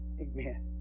Amen